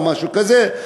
או משהו כזה,